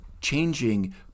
changing